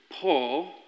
Paul